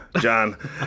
John